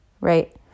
Right